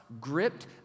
gripped